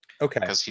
Okay